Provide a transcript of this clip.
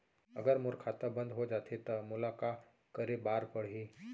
अगर मोर खाता बन्द हो जाथे त मोला का करे बार पड़हि?